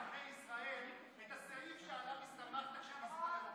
ומה שאמרת זה טעות.